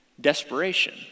Desperation